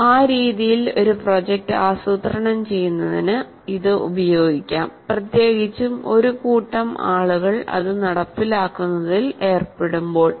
അതിനാൽ ആ രീതിയിൽ ഒരു പ്രോജക്റ്റ് ആസൂത്രണം ചെയ്യുന്നതിന് ഇത് ഉപയോഗിക്കാം പ്രത്യേകിച്ചും ഒരു കൂട്ടം ആളുകൾ അത് നടപ്പിലാക്കുന്നതിൽ ഏർപ്പെടുമ്പോൾ